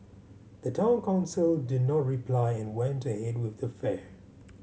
the Town Council did not reply and went ahead with the fair